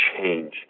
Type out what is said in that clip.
change